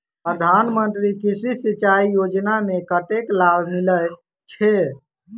प्रधान मंत्री कृषि सिंचाई योजना मे कतेक लाभ मिलय छै?